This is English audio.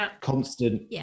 constant